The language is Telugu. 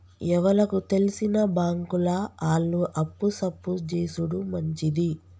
ఎవలకు తెల్సిన బాంకుల ఆళ్లు అప్పు సప్పు జేసుడు మంచిది